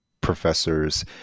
professors